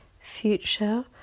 future